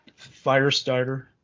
Firestarter